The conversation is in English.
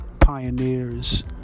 pioneers